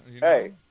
hey